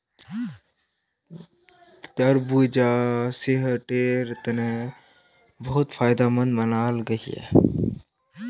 तरबूजा सेहटेर तने बहुत फायदमंद मानाल गहिये